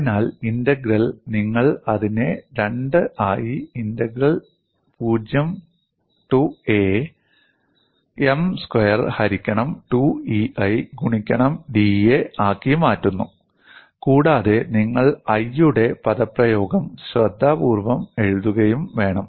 അതിനാൽ ഇന്റഗ്രൽ നിങ്ങൾ അതിനെ 2 ആയി ഇന്റഗ്രൽ 0 a M സ്ക്വയർ ഹരിക്കണം 2EI ഗുണിക്കണം da ആക്കി മാറ്റുന്നു കൂടാതെ നിങ്ങൾ 'I'യുടെ പദപ്രയോഗം ശ്രദ്ധാപൂർവ്വം എഴുതുകയും വേണം